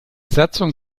satzung